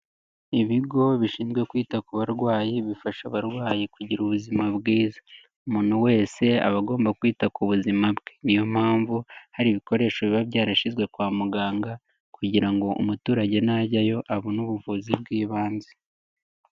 Ibigo bishinzwe kwita ku barwayi bifasha abarwayi kugira ubuzima bwiza, umuntu wese aba agomba kwita ku buzima bwe, niyo mpamvu hari ibikoresho biba byarashyizwe kwa muganga kugira ngo umuturage najyayo abone ubuvuzi bw'ibanze.